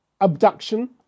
abduction